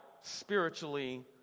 spiritually